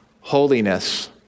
holiness